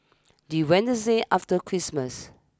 the Wednesday after Christmas